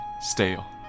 stale